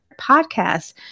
podcasts